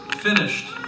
finished